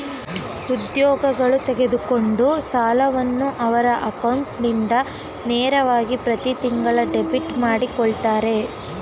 ಉದ್ಯೋಗಗಳು ತೆಗೆದುಕೊಂಡ ಸಾಲವನ್ನು ಅವರ ಅಕೌಂಟ್ ಇಂದ ನೇರವಾಗಿ ಪ್ರತಿತಿಂಗಳು ಡೆಬಿಟ್ ಮಾಡಕೊಳ್ಳುತ್ತರೆ